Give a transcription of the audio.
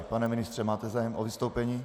Pane ministře, máte zájem o vystoupení?